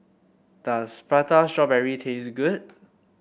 does Prata Strawberry taste good